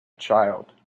child